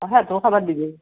অঁ সিহঁতকো খবৰ দিবি